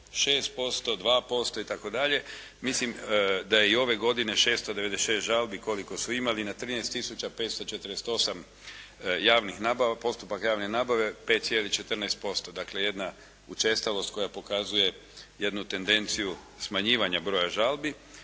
6%, 2% itd. Mislim da je i ove godine 696 žalbi koliko su imali na 13 tisuća 548 javnih nabava, postupak javne nabave 5,14%, dakle jedna učestalost koja pokazuje jednu tendenciju smanjivanja broja žalbi.